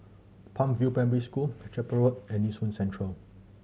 Palm View Primary School Chapel Road and Nee Soon Central